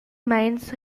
meins